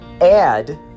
add